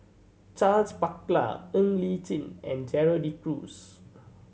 Charles Paglar Ng Li Chin and Gerald De Cruz